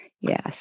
yes